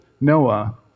Noah